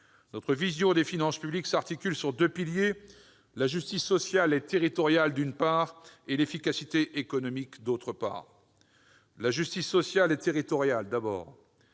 Notre vision des finances publiques s'articule autour de deux piliers : la justice sociale et territoriale, d'une part ; l'efficacité économique, d'autre part. La justice sociale et territoriale, tout d'abord.